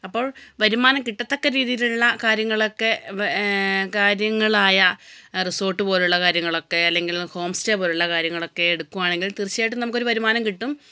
അപ്പോൾ വരുമാനം കിട്ടത്തക്ക രീതിയിലിള്ള കാര്യങ്ങളക്കെ കാര്യങ്ങളായ റിസോർട്ട് പോലുള്ള കാര്യങ്ങളൊക്കെ അല്ലെങ്കിൽ ഹോം സ്റ്റേ പോലുള്ള കാര്യങ്ങളൊക്കെ എടുക്കുവാണെങ്കിൽ തീർച്ചയായിട്ടും നമുക്കൊരു വരുമാനം കിട്ടും